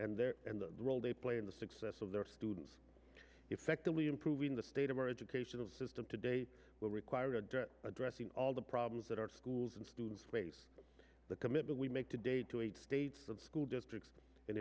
their and the role they play in the success of their students effectively improving the state of our educational system today will require addressing all the problems that our schools and students face the commitment we make today to eight states from school districts and